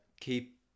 keep